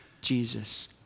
Jesus